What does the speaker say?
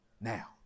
now